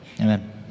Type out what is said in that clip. Amen